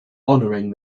honoring